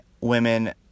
women